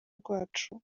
rwacu